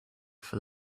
for